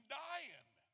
dying